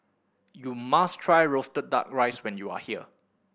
you must try roasted Duck Rice when you are here